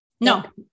No